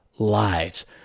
Lives